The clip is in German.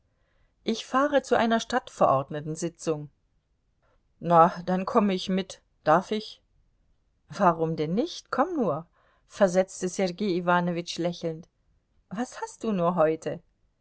ich fahre zu einer stadtverordnetensitzung na dann komme ich mit darf ich warum denn nicht komm nur versetzte sergei iwanowitsch lächelnd was hast du nur heute